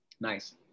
Nice